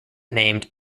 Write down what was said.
named